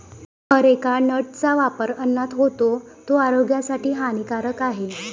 areca नटचा वापर अन्नात होतो, तो आरोग्यासाठी हानिकारक आहे